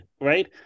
right